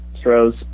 throws